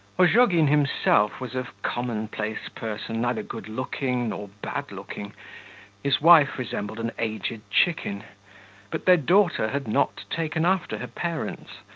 ozhogin himself was a commonplace person, neither good-looking nor bad-looking his wife resembled an aged chicken but their daughter had not taken after her parents.